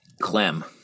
Clem